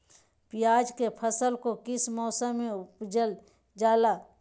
प्याज के फसल को किस मौसम में उपजल जाला?